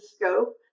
scope